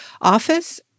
office